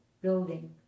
building